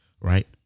right